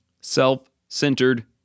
Self-centered